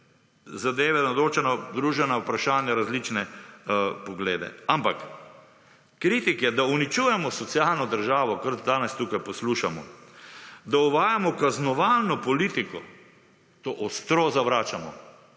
zadeve, na določena / nerazumljivo/ vprašanja različne poglede, ampak kritike, da uničujemo socialno državo, kar danes tukaj poslušamo, da uvajamo kaznovalno politiko, to ostro zavračamo.